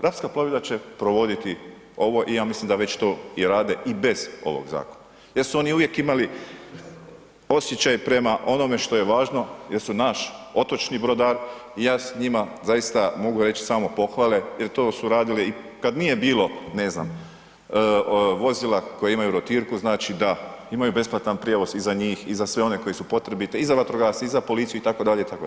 Rapska plovidba će provoditi ovo i ja mislim da već to rade i bez ovog zakona jer su oni uvijek imali osjećaj prema onome što je važno jer su naš otočni brodar i ja s njima zaista mogu reći samo pohvale jer to su radili i kad nije bilo, ne znam, vozila koja imaju rotirku, znači da imaju besplatan prijevoz i za njih i za sve one koji su potrebiti i za vatrogasce i za policiju, itd., itd.